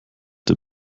der